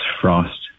frost